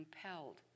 compelled